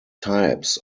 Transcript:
types